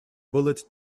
bullet